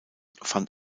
fand